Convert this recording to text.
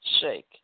shake